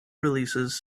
releases